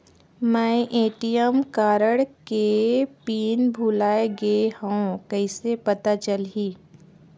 मैं ATM card के pin भुलाए गे हववं कइसे पता चलही?